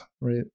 right